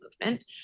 movement